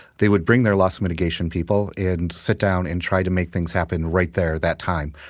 they would bring their loss-mitigation people and sit down and try to make things happen right there, that time.